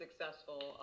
successful